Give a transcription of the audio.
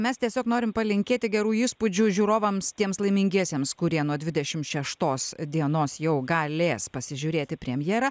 mes tiesiog norim palinkėti gerų įspūdžių žiūrovams tiems laimingiesiems kurie nuo dvidešim šeštos dienos jau galės pasižiūrėti premjerą